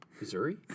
Missouri